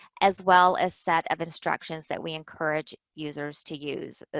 as well as set of instructions that we encourage users to use,